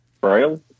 Braille